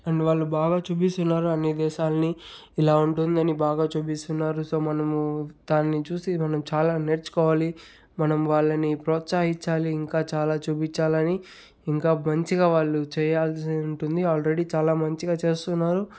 and వాళ్ళు బాగా చూపిస్తున్నారు అన్ని దేశాల్ని ఇలా ఉంటుందని బాగా చూపిస్తున్నారు సో మనము దాన్ని చూసి మనము చాలా నేర్చుకోవాలి మనం వాళ్ళని ప్రోత్సహించాలి ఇంకా చాలా చూపించాలని ఇంకా మంచిగా వాళ్ళు చేయాల్సింది ఉంటుంది ఆల్రెడీ చాలా మంచిగా చేస్తున్నారు